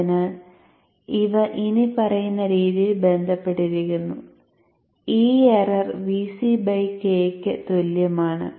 അതിനാൽ അവ ഇനിപ്പറയുന്ന രീതിയിൽ ബന്ധപ്പെട്ടിരിക്കുന്നു e എറർ Vc k ന് തുല്യമാണ്